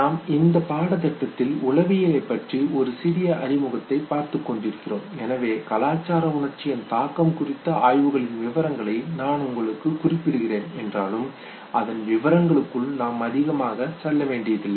நாம் இந்த பாடத்திட்டத்தில் உளவியலைப் பற்றி ஒரு சிறிய அறிமுகத்தை பார்த்துக்கொண்டிருக்கிறோம் எனவே கலாச்சார உணர்ச்சியின் தாக்கம் குறித்த ஆய்வுகளின் விவரங்களை நான் உங்களுக்கு குறிப்பிடுகிறேன் என்றாலும் அதன் விவரங்களுக்குள் நாம் அதிகமாக செல்ல வேண்டியதில்லை